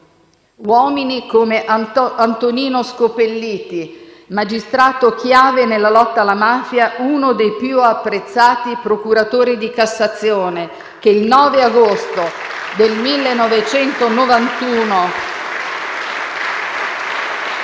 Uomini come Antonino Scopelliti, magistrato chiave nella lotta alla mafia e uno dei più apprezzati procuratore di Cassazione, che il 9 agosto del 1991